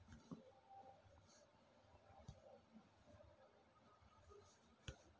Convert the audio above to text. ತೊಗರಿ ಸಸ್ಯಕ ಹಂತದಿಂದ ಸಂತಾನೋತ್ಪತ್ತಿ ಹಂತದವರೆಗೆ ಬೆಳೆಯಲು ತೆಗೆದುಕೊಳ್ಳುವ ಸಮಯ ಎಷ್ಟು?